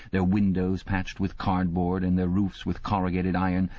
their windows patched with cardboard and their roofs with corrugated iron,